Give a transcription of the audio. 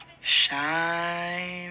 shine